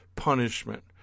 punishment